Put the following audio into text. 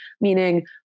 meaning